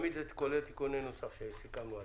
תמיד זה כולל תיקוני נוסח שסיכמנו עליהם.